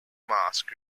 mask